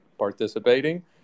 participating